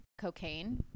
cocaine